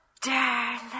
darling